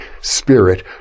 spirit